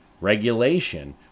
Regulation